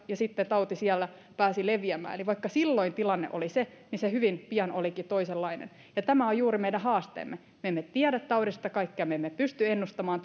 ja sitten tauti siellä pääsi leviämään eli vaikka silloin tilanne oli se se hyvin pian olikin toisenlainen ja tämä on juuri meidän haasteemme me emme tiedä taudista kaikkea ja me emme pysty ennustamaan